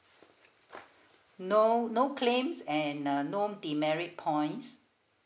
no no claims and uh no demerit points